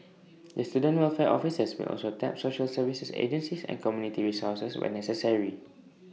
the student welfare officers will also tap social services agencies and community resources where necessary